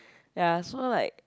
ya so like